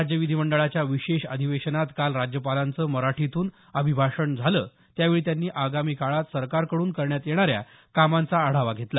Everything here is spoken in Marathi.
राज्य विधीमंडळाच्या विशेष अधिवेशनात काल राज्यपालांचं मराठीतून अभिभाषण झालं त्यावेळी त्यांनी आगामी काळात सरकारकडून करण्यात येणाऱ्या कामांचा आढावा घेतला